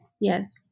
Yes